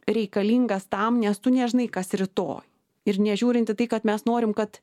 reikalingas tam nes tu nežinai kas rytoj ir nežiūrint į tai kad mes norim kad